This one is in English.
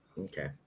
Okay